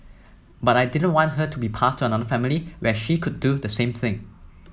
but I didn't want her to be passed to another family where she could do the same thing